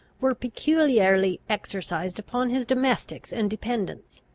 were peculiarly exercised upon his domestics and dependents.